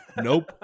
nope